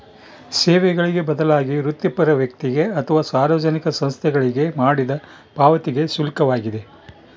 ಸೇವೆಗಳಿಗೆ ಬದಲಾಗಿ ವೃತ್ತಿಪರ ವ್ಯಕ್ತಿಗೆ ಅಥವಾ ಸಾರ್ವಜನಿಕ ಸಂಸ್ಥೆಗಳಿಗೆ ಮಾಡಿದ ಪಾವತಿಗೆ ಶುಲ್ಕವಾಗಿದೆ